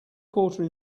quarter